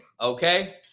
okay